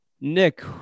Nick